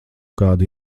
kādu